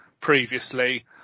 previously